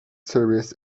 series